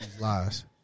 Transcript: Lies